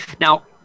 Now